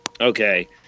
Okay